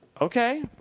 Okay